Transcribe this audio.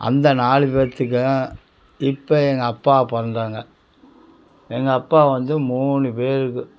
அந்த நாலு பேர்த்துக்கும் இப்போ எங்கள் அப்பா பிறந்தவங்க எங்கள் அப்பா வந்து மூணு பேருக்கு